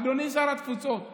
אדוני שר התפוצות,